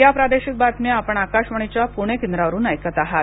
या प्रादेशिक बातम्या आपण आकाशवाणीच्या पुणे केंद्रावरून ऐकत आहात